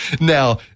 now